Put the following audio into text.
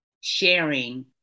sharing